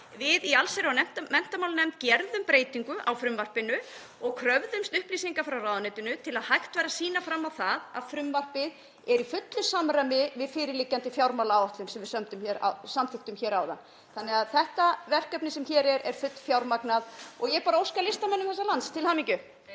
Við í allsherjar- og menntamálanefnd gerðum breytingu á frumvarpinu og kröfðumst upplýsinga frá ráðuneytinu til að hægt væri að sýna fram á að frumvarpið er í fullu samræmi við fyrirliggjandi fjármálaáætlun sem við samþykktum hér áðan. Þannig að þetta verkefni sem hér er er fullfjármagnað og ég bara óska listamönnum þessa lands til hamingju.